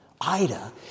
Ida